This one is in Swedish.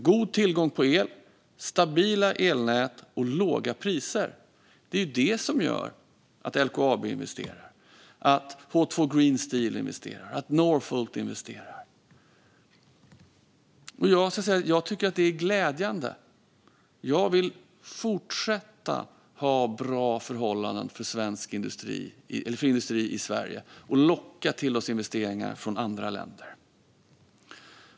God tillgång på el, stabila elnät och låga priser är de tre saker som tillsammans gör att företag som LKAB, H2 Green Steel och Northvolt investerar. Jag tycker att det är glädjande. Jag vill fortsätta att ha bra förhållanden för industri i Sverige, så att vi lockar till oss investeringar från andra länder.